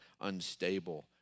unstable